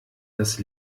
das